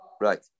right